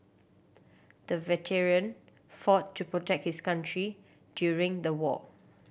the veteran fought to protect his country during the war